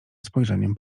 spojrzeniem